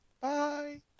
Bye